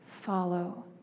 Follow